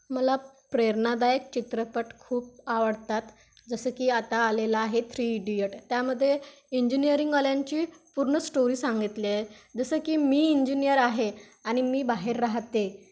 मला प्रेरणादायक चित्रपट खूप आवडतात जसं की आता आलेलं आहे थ्री इडियट त्यामध्ये इंजिनिअरिंगवाल्यांची पूर्ण स्टोरी सांगितली आहे जसं की मी इंजिनियर आहे आणि मी बाहेर राहते